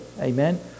Amen